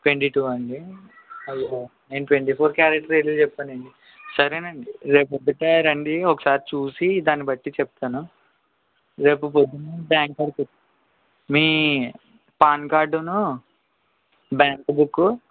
twenty two అండి నేను twenty four carat రేట్లు చెప్పాను అండి సరే అండి రేపు ప్రొద్దున రండి ఒకసారి చూసి దాని బట్టి చెప్తాను రేపు పొద్దున్న బ్యాంక్ కాడికి వచ్చి మీ పాన్ కార్డును బ్యాంకు బుక్కు